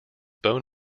bone